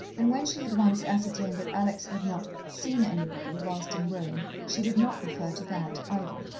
and when she had once ascertained that alex had not seen anybody whilst in rome, she did not refer to that either.